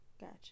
gotcha